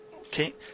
Okay